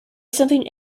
something